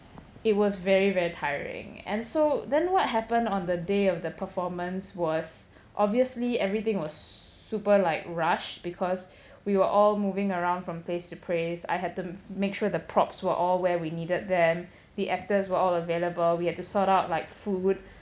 it was very very tiring and so then what happened on the day of the performance was obviously everything was super like rushed because we were all moving around from place to place I had to make sure the props were all where we needed them the actors were all available we had to sort out like food